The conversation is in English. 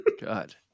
God